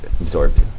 Absorbed